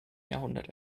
jahrhundert